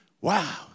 Wow